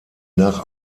nach